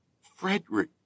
Frederick